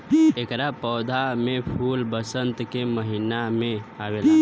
एकरा पौधा में फूल वसंत के महिना में आवेला